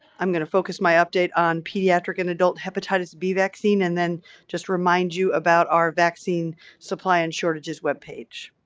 i'm going to focus my update on pediatric and adult hepatitis b vaccine and then just remind you about our vaccine supply and shortages web page.